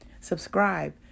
Subscribe